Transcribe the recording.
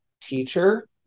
teacher